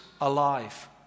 alive